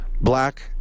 black